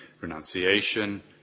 renunciation